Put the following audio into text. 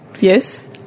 Yes